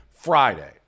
Friday